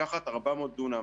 לקחת 400 דונם